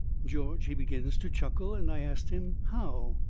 george, he begins to chuckle, and i ast him how.